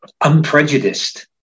unprejudiced